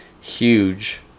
huge